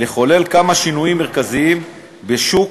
לחולל כמה שינויים מרכזיים בשוק